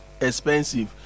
expensive